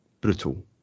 brutal